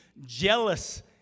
jealous